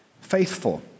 faithful